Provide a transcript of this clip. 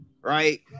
right